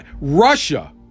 Russia